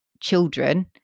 children